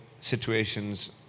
situations